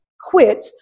quit